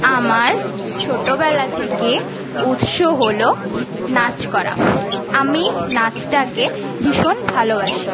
আমার ছোটোবেলা থেকে উৎস হল নাচ করা আমি নাচটাকে ভীষণ ভালোবাসি